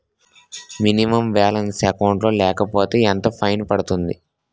Minimum balance account లో లేకపోతే ఎంత ఫైన్ పడుతుంది?